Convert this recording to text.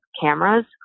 cameras